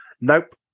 Nope